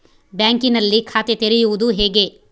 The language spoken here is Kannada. ಬ್ಯಾಂಕಿನಲ್ಲಿ ಖಾತೆ ತೆರೆಯುವುದು ಹೇಗೆ?